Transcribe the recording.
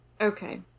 Okay